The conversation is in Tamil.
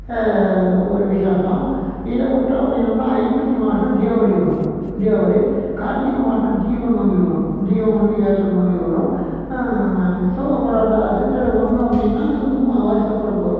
ஒரு விசேஷம் இதை விட்டா அப்படின்னமுன்னா ஐப்பசி மாதம் தீபாவளி வரும் தீபாவளி கார்த்திகை மாதம் தீப நோம்பு வரும் தீபம் வந்து ஏற்ற நோம்பு வரும் ஸோ அப்புறம் சித்தரை ஒன்று அப்படின்னா அது வந்து வருடப்பிறப்பு